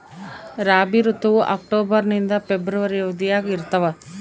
ರಾಬಿ ಋತುವು ಅಕ್ಟೋಬರ್ ನಿಂದ ಫೆಬ್ರವರಿ ಅವಧಿಯಾಗ ಇರ್ತದ